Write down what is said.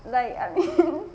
like I mean